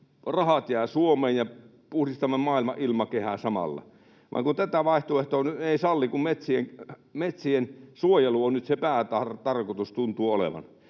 rahat jäisivät Suomeen ja puhdistaisimme maailman ilmakehää samalla. Vaan kun tätä vaihtoehtoa nyt ei sallita, kun metsien suojelu tuntuu nyt olevan se päätarkoitus, ja kukaan